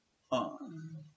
uh